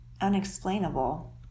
unexplainable